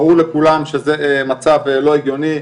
ברור לכולם שזה מצב לא הגיוני,